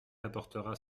apportera